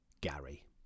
gary